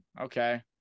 Okay